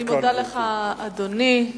אני מודה לך, אדוני.